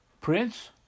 prince